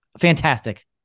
fantastic